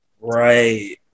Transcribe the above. Right